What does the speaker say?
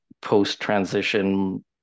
post-transition